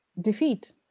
defeat